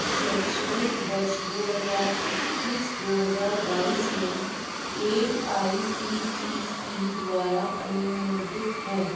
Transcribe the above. शैक्षणिक वर्ष दो हज़ार इक्कीस दो हज़ार बाईस में A I C T E द्वारा अनुमोदित हैं